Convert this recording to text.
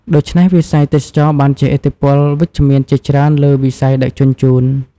ដូច្នេះ វិស័យទេសចរណ៍បានជះឥទ្ធិពលវិជ្ជមានជាច្រើនលើវិស័យដឹកជញ្ជូន។